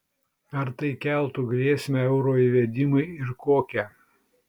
ar tai keltų grėsmę euro įvedimui ir kokią